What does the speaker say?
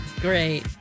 Great